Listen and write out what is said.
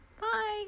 Bye